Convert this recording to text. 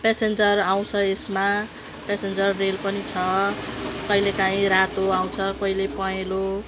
passenger आउँछ यसमा passenger rail पनि छ कहिलेकाहीँ रातो आउँछ कहिले पहेँलो